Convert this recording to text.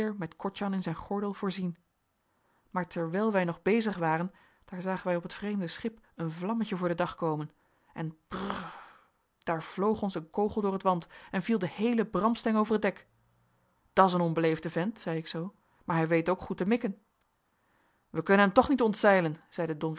met kortjan in zijn gordel voorzien maar terwijl wij nog bezig waren daar zagen wij op het vreemde schip een vlammetje voor den dag komen en br r daar vloog ons een kogel door het want en viel de heele bramsteng over het dek dat s een onbeleefde vent zei ik zoo maar hij weet ook goed te mikken wij kunnen hem toch niet ontzeilen zeide don